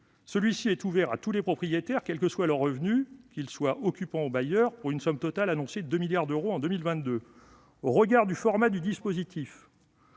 Ce dispositif est ouvert à tous les propriétaires, quels que soient leurs revenus, qu'ils soient occupants ou bailleurs, pour une somme totale annoncée de 2 milliards d'euros en 2022. Au regard du format retenu,